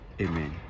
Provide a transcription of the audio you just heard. amen